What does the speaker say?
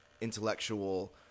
intellectual